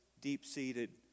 deep-seated